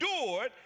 endured